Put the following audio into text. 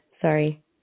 Sorry